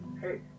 Hey